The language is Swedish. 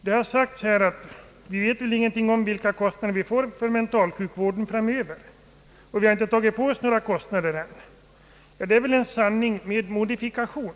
Det har sagts att vi väl ingenting vet om hur stora kostnaderna blir för mentalsjukvården framöver, och man har sagt att vi ännu inte tagit på oss några kostnader i det avseendet. Detta är väl en sanning med modifikation.